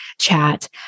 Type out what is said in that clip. chat